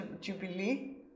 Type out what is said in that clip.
jubilee